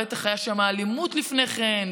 בטח הייתה שם אלימות לפני כן,